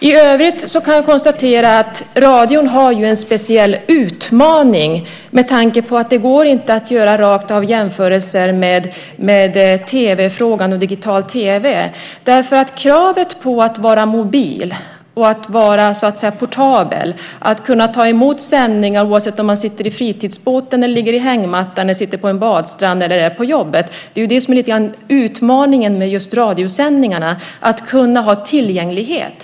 I övrigt kan jag konstatera att radion har särskilda utmaningar. Det går inte utan vidare att jämföra detta med frågan om digital-tv. Det finns ett krav från lyssnaren på att vara mobil och transportabel. Man ska kunna ta emot sändningar oavsett om man sitter i fritidsbåten, ligger i hängmattan, sitter på en badstrand eller är på jobbet. Tillgängligheten är ju en utmaning för radion. Men min fråga är alltså: Vad innebär skrivelsen?